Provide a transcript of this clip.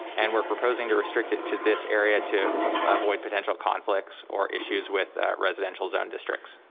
and we're proposing to restrict it to this area to avoid potential conflicts or issues with residential zone districts.